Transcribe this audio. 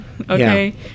Okay